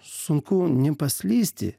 sunku nepaslysti